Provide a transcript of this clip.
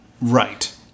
Right